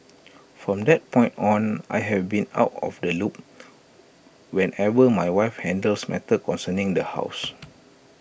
from that point on I have been out of the loop whenever my wife handles matters concerning the house